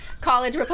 college